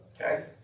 Okay